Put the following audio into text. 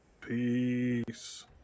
Peace